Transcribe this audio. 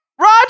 Roger